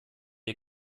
wir